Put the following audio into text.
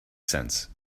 sense